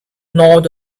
gnawed